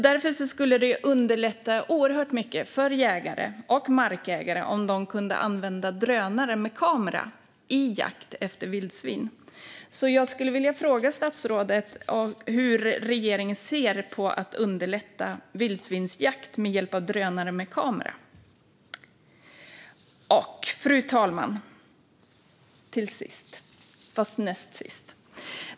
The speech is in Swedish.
Därför skulle det underlätta oerhört mycket för jägare och markägare om de kunde använda drönare med kamera i jakt efter vildsvin. Jag skulle därför vilja fråga statsrådet hur regeringen ser på att underlätta vildsvinsjakt med hjälp av drönare med kamera. Fru talman!